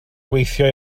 gweithio